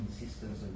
insistence